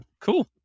cool